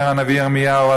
אומר הנביא ירמיהו,